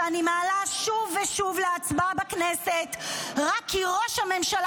שאני מעלה שוב ושוב להצבעה בכנסת רק כי ראש הממשלה